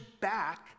back